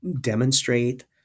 demonstrate